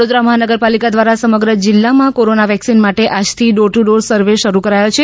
વડોદરા મહાનગર પાલીકા દ્રારા સમગ્ર જિલ્લામાં કોરોના વેક્સિન માટે આજથી ડોર ટુ ડોર સર્વે શરૂ કરાયો છે